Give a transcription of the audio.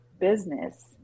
business